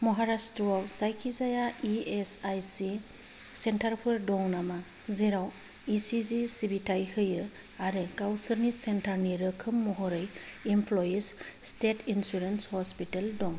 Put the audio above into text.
महाराष्ट्रआव जायखिजाया E S I C centre four दं नामा जेराव इ सि जि सिबिथाय होयो आरो गावसोरनि सेन्टार नि रोखोम महरै इमप्ल'यिज स्टेट इन्सुरेन्स ह'स्पिटेल दं